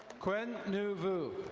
quinn nuvu.